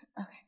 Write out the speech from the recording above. Okay